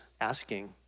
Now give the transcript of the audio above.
asking